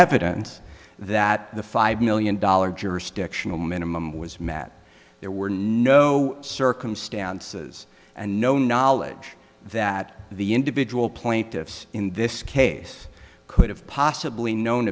evidence that the five million dollars jurisdictional minimum was matt there were no circumstances and no knowledge that the individual plaintiffs in this case could have possibly known